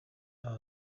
aba